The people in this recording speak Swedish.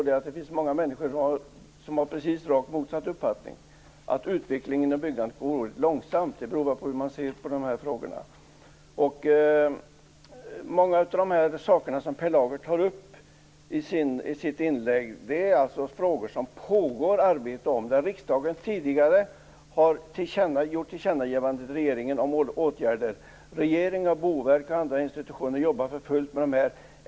Det finns många människor som har rakt motsatt uppfattning, nämligen att utvecklingen av byggandet går oerhört långsamt. Det beror på hur man ser på dessa frågor. Mycket av det som Per Lager tog upp i sitt inlägg pågår det ett arbete om. Riksdagen har tidigare gjort tillkännagivande till regeringen om åtgärder. Regeringen och Boverket och andra institutioner jobbar för fullt med detta.